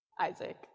Isaac